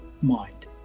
mind